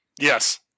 Yes